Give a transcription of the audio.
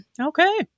Okay